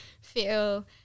feel